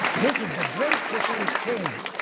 this is the great prophetic chain.